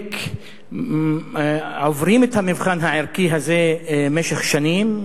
חלק עוברים את המבחן הערכי הזה במשך שנים,